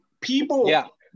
People